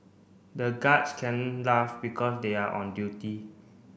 the guards can't laugh because they are on duty